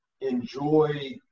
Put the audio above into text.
enjoy